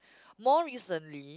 more recently